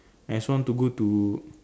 I also want to go to